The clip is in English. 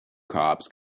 cobs